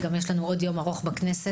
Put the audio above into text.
יש לנו עוד יום ארוך בכנסת.